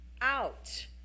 out